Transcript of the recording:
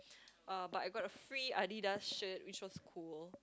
uh but I got a free Adidas shirt which was cool